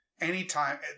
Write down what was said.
anytime